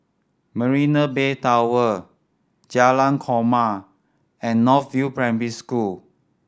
Marina Bay Tower Jalan Korma and North View Primary School